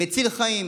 מציל חיים.